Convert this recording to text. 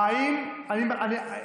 אין בעיה.